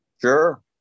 Sure